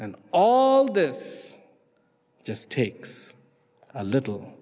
and all this just takes a little